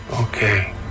Okay